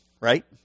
Right